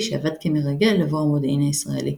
שעבד כמרגל עבור המודיעין הישראלי.